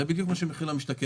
זה בדיוק מה שמחיר למשתכן עשה.